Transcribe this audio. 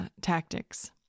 tactics